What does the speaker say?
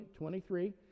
23